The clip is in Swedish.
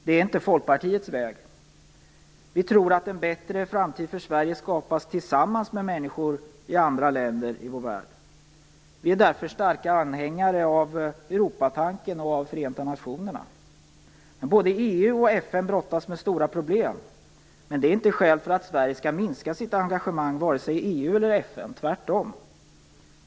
Det är inte Vi tror att en bättre framtid för Sverige skapas tillsammans med människor i andra länder i vår värld. Vi är därför starka anhängare av Europatanken och av Förenta nationerna. Både EU och FN brottas med stora problem, men det är inte skäl för att Sverige skall minska sitt engagemang vare sig i EU eller i FN, tvärtom.